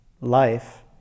life